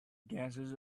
gases